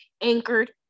anchored